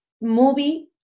movie